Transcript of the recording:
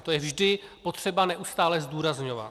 To je vždy potřeba neustále zdůrazňovat.